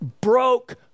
broke